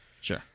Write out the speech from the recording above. Sure